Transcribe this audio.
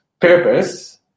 purpose